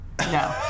No